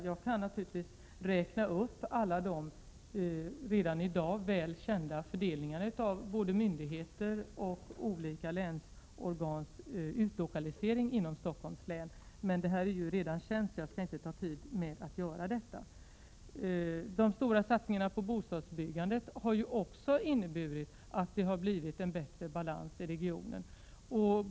Jag kan naturligtvis räkna upp de olika redan i dag väl kända fördelningarna av både myndigheters och olika länsorgans utlokalisering inom Stockholms län. Men det är ju redan känt. Jag skall inte ta upp tid med att göra det. De stora satsningarna på bostadsbyggandet har också inneburit att det har blivit en bättre balans i regionen.